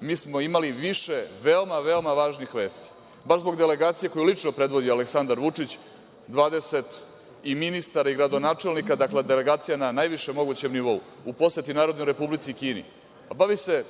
mi smo imali više, veoma, veoma važnih vesti, baš zbog delegacije koju lično predvodi Aleksandar Vučić, 20 i ministara i gradonačelnika, delegacija na najvišem mogućem nivou u poseti Narodnoj Republici Kini. Bavi se,